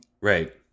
Right